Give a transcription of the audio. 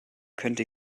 könnte